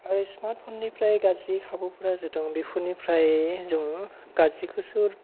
आरो साफोरनिफ्राय गाज्रि खाबु फोरा जादों बेफोरनिफ्राय जों गाज्रिखौसो